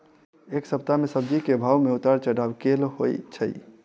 एक सप्ताह मे सब्जी केँ भाव मे उतार चढ़ाब केल होइ छै?